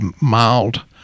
mild